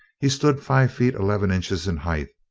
he stood five feet eleven inches in height,